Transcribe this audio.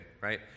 right